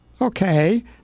Okay